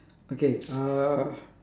okay uh